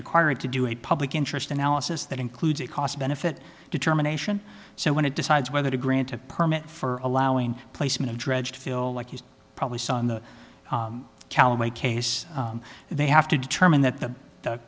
required to do a public interest analysis that includes a cost benefit determination so when it decides whether to grant a permit for allowing placement of dredge to feel like you probably saw in the callaway case they have to determine that the